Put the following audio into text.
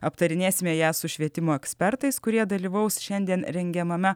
aptarinėsime ją su švietimo ekspertais kurie dalyvaus šiandien rengiamame